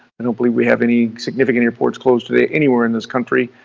i don't believe we have any significant airports closed today anywhere in this country,